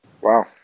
Wow